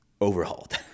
overhauled